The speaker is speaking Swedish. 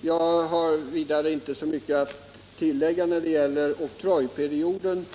Jag har vidare inte så mycket att tillägga när det gäller oktrojperioden.